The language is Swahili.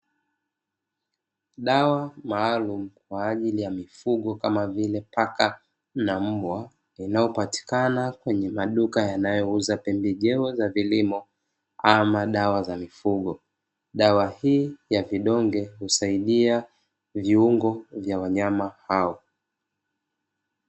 Dawa maalumu kwa ajili ya mifugo kama vile: paka na mbwa inayopatikana kwenye maduka yanayouza pembejeo za vilimo ama dawa za mifugo, dawa hii ya vidonge husaidia viungo vya wanyama hao.